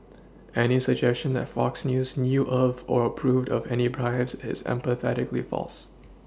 any suggestion that Fox news knew of or approved of any bribes is emphatically false